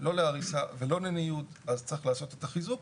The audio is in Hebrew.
לא להריסה ולא לניוד, אז צריך לעשות את החיזוק.